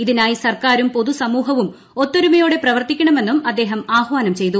ഇതിനായി സർക്കാരും പൊതുസമൂഹവും ഒത്തൊരുമയോടെ പ്രവർത്തിക്കണ്ഠിന്നും അദ്ദേഹം ആഹ്വാനം ചെയ്തു